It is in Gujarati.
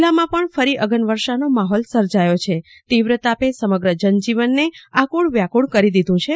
જિલલામાં પણ ફરી અગનવર્ષાનો માહોલ સર્જાચો છે તીવ્ર તાપે સમગ્ર જનજીવનને આફળ વ્યાફળ કરી દીધું છે